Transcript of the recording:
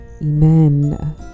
amen